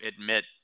admit